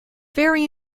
very